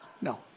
No